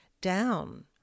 down